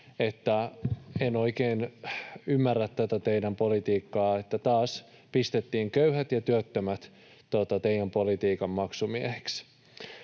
sen — en oikein ymmärrä tätä teidän politiikkaanne — että taas pistettiin köyhät ja työttömät teidän politiikkanne maksumiehiksi.